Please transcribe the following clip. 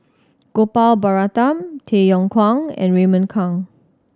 Gopal Baratham Tay Yong Kwang and Raymond Kang